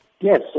Yes